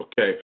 Okay